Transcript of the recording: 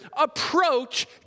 approach